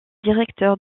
directeur